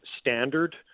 standard